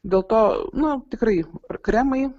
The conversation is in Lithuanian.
dėl to nu tikrai kremai